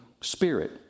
Spirit